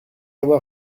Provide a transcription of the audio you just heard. avoir